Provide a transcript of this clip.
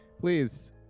Please